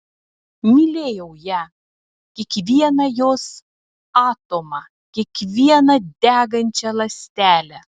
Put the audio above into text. mylėjau ją kiekvieną jos atomą kiekvieną degančią ląstelę